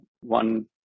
one